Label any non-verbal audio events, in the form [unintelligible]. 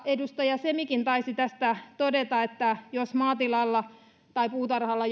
edustaja semikin taisi tästä todeta että jos maatilalla tai puutarhalla [unintelligible]